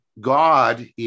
God